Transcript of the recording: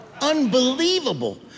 Unbelievable